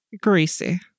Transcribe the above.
greasy